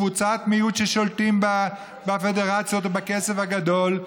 קבוצת מיעוט ששולטים בפדרציות ובכסף הגדול,